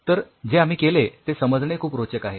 तर जे आम्ही केले ते समजणे खूप रोचक आहे